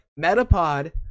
Metapod